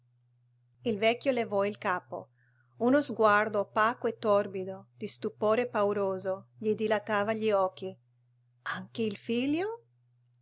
il vecchio levò il capo uno sguardo opaco e torbido di stupore pauroso gli dilatava gli occhi anche il figlio